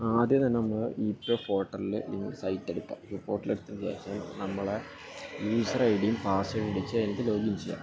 ആദ്യം തന്നെ നമ്മള് ഇ പി എഫ് പോർട്ടലില് ന്യൂ സൈറ്റെടുക്കുക ഈ പോർട്ടലെടുത്തതിനുശേഷം നമ്മളാ യൂസർ ഐ ഡിയും പാസ്വേഡും അടിച്ചുകഴിഞ്ഞിട്ട് ലോഗിൻ ചെയ്യുക